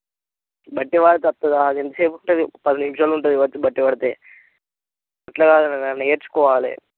బట్టీ పడితే వస్తుందా ఎంతసేపు ఉంటుంది ఒక పదినిమిషాలు ఉంటుంది కావచ్చి బట్టీ పడితే అట్లా కాదు నాన్న నేర్చుకోవాలి